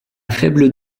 faibles